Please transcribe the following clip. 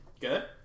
Good